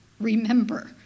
remember